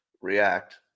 react